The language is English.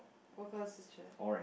what colour his chair